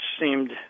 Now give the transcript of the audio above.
seemed